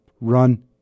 run